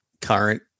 current